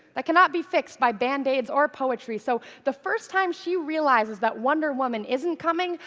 that cannot be fixed by band-aids or poetry. so the first time she realizes that wonder woman isn't coming,